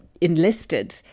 enlisted